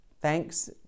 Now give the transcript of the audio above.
Thanks